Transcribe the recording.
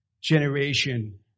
generation